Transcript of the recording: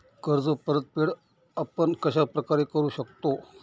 कर्ज परतफेड आपण कश्या प्रकारे करु शकतो?